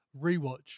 rewatch